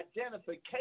identification